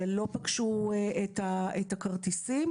שלא פגשו את הכרטיסים,